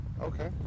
Okay